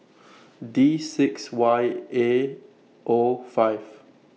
D six Y A O five